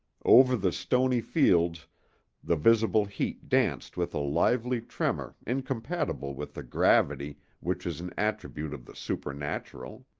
over the stony fields the visible heat danced with a lively tremor incompatible with the gravity which is an attribute of the supernatural.